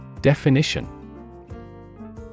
Definition